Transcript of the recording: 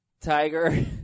Tiger